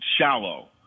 shallow